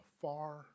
far